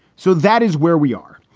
so that is where we are.